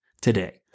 today